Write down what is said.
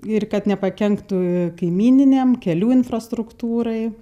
ir kad nepakenktų kaimyniniam kelių infrastruktūrai